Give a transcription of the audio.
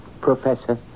professor